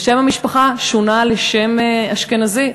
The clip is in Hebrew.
ושם המשפחה שונה לשם אשכנזי,